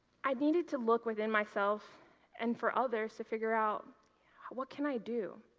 i needed to look within myself and for others to figure out what can i do.